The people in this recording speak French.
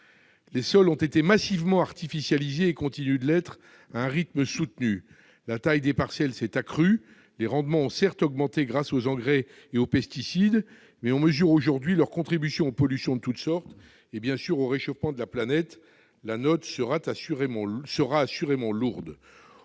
Les sols ont été massivement artificialisés et continuent de l'être à un rythme soutenu. La taille des parcelles s'est accrue. Les rendements ont certes augmenté grâce aux engrais et aux pesticides, mais on mesure aujourd'hui la contribution de ceux-ci aux pollutions de toute sorte et, bien sûr, au réchauffement de la planète. La note, assurément, sera